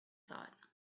thought